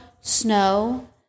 snow